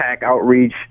outreach